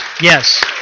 yes